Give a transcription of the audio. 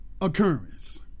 occurrence